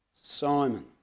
Simon